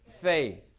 faith